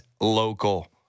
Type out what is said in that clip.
Local